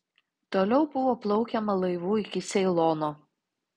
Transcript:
toliau buvo plaukiama laivu iki ceilono